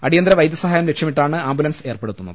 അടിയന്തരവൈദ്യ സഹായം ലക്ഷ്യമിട്ടാണ് ആംബുലൻസ് ഏർപ്പെടുത്തുന്നത്